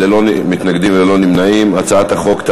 לדיון מוקדם בוועדת החינוך,